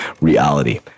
reality